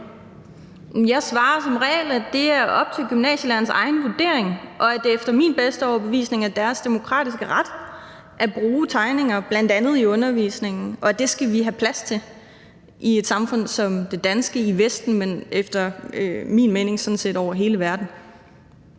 Jeg svarer som regel, at det er op til gymnasielærernes egen vurdering, og at det efter min bedste overbevisning er deres demokratiske ret at bruge tegninger bl.a. i undervisningen, og det skal vi have plads til i et samfund som det danske i Vesten og efter min mening sådan set over hele verden.